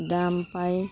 দাম পায়